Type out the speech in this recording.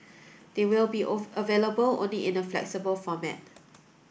they will be available only in a flexible format